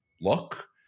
look